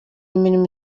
imirimo